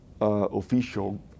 official